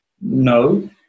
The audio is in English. No